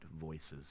voices